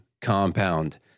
Compound